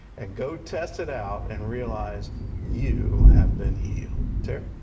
and go test it out and realize you have been healed. terry?